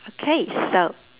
okay so